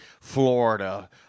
Florida